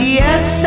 yes